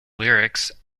lyrics